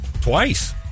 Twice